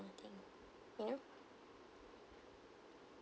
thing you know